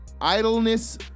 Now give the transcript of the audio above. idleness